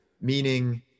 meaning